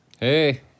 Hey